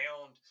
found